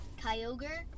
Kyogre